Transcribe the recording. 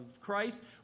Christ